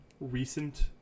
recent